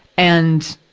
and,